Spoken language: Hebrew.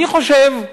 אני חושב,